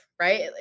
right